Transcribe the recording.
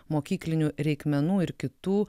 mokyklinių reikmenų ir kitų